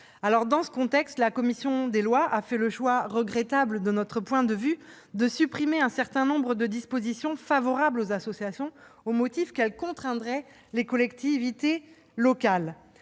Dans ce contexte, la commission des lois a fait le choix, regrettable de notre point de vue, de supprimer un certain nombre de dispositions favorables aux associations au motif qu'elles contraindraient les collectivités locales.